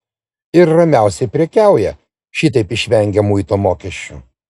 ir ramiausiai prekiauja šitaip išvengę muito mokesčių